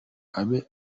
abe